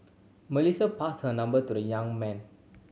Melissa passed her number to the young man